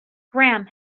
graham